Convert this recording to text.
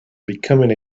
becoming